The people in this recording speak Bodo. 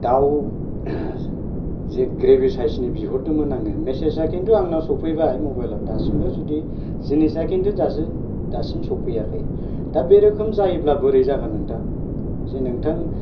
दाउ जे ग्रेबि साइस नि बिहरदोंमोन आङो मेसेज आ खिन्तु आंनाव सौफैबाय मबाइल आव दासिमबो जुदि जिनिसा खिन्तु दासिम सौफैयाखै दा बे रोखोम जायोब्ला बोरै जागोन नोंथां जे नोंथां